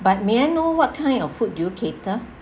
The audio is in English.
but may I know what kind of food do you cater